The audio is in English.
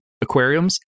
aquariums